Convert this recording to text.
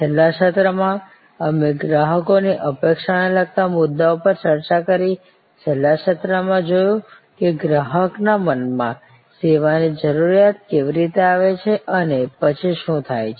છેલ્લા સત્રમાં અમે ગ્રાહકોની અપેક્ષાને લગતા મુદ્દાઓ પર ચર્ચા કરી છેલ્લા સત્રમાં જોયું કે ગ્રાહકના મનમાં સેવાની જરૂરિયાત કેવી રીતે આવે છે અને પછી શું થાય છે